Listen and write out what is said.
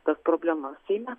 tas problemas seime